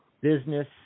business